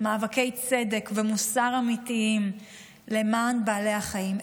מאבקי צדק ומוסר אמיתיים למען בעלי החיים,